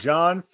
John